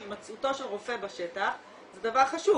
שהימצאותו של רופא בשטח זה דבר חשוב